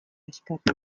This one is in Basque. kaxkarrik